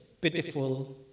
pitiful